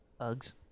Uggs